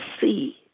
see